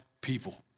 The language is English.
people